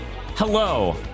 Hello